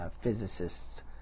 physicists